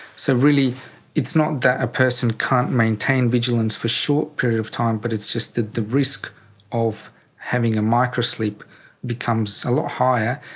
so really it's not that a person can't maintain vigilance for a short period of time but it's just that the risk of having a micro-sleep becomes a lot higher,